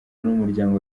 n’umuryango